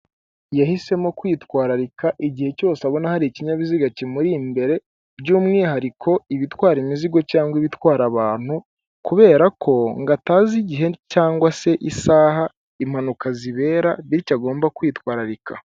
Yahisemo kwitwararika igihe cyose abona hari ikinyabiziga kimuri imbere by'umwihariko ibitwara imizigo cyangwa ibitwara abantu. kubera ko ngo atazi igihe cyangwa se isaha impanuka zibera bityo agomba kwitwararika.